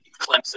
Clemson